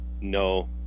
no